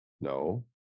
no